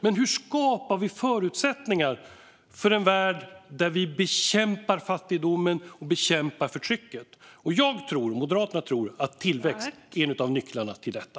Men hur skapar vi förutsättningar för en värld där vi bekämpar fattigdomen och bekämpar förtrycket? Jag och Moderaterna tror att tillväxt är en av nycklarna till detta.